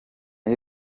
y’i